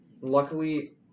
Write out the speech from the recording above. Luckily